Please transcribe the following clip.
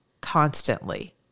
constantly